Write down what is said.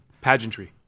Pageantry